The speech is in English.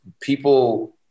people